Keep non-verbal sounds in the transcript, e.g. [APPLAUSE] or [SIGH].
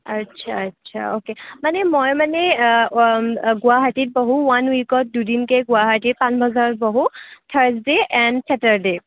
আচ্ছা আচ্ছা অকে মানে মই মানে [UNINTELLIGIBLE] গুৱাহাটীত বঢ়ো ওৱান উইকত দুদিনকৈ গুৱাহাটীৰ পান বজাৰত বহোঁ থাৰ্ছডে এণ্ড ছেটাৰডে